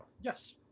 yes